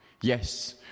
Yes